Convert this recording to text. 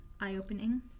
eye-opening